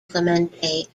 clemente